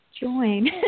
join